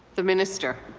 the minister.